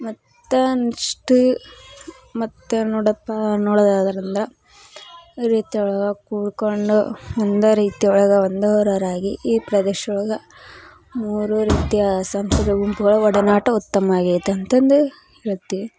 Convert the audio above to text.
ಮತ್ತು ನಿಷ್ಟ್ ಮತ್ತು ನೋಡಪ್ಪ ನೋಡೋದಾದ್ರೆ ಅಂದ್ರೆ ರೀತಿಯೊಳ್ಗೆ ಕೂಡಿಕೊಂಡು ಒಂದೇ ರೀತಿ ಒಳಗೆ ಒಂದೂರೋರಾಗಿ ಈ ಪ್ರದೇಶೊಳ್ಗೆ ಮೂರು ರೀತಿಯ ಸಂಸ್ಕೃತಿ ಗುಂಪುಗಳು ಒಡನಾಟ ಉತ್ತಮ ಆಗ್ಯೇತೆ ಅಂತಂದು ಹೇಳ್ತೀವಿ